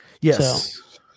Yes